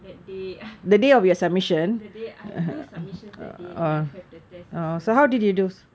that day that day I had two submissions that day and I have the test as well